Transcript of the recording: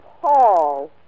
Paul